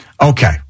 Okay